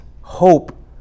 hope